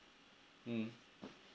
mm